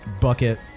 bucket